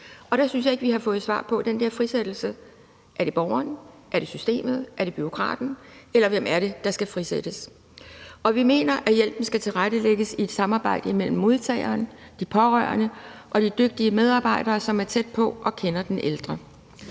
og jeg synes ikke, at vi har fået et svar på, hvem der skal frisættes. Er det borgeren, er det systemet, er det bureaukraten? Eller hvem er det, der skal frisættes? Vi mener også, at hjælpen skal tilrettelægges i et samarbejde mellem modtageren, de pårørende og de dygtige medarbejdere, som er tæt på, og som kender den ældre,